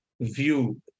view